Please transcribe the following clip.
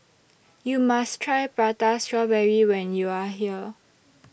YOU must Try Prata Strawberry when YOU Are here